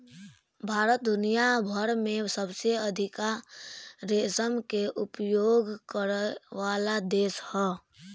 भारत दुनिया भर में सबसे अधिका रेशम के उपयोग करेवाला देश ह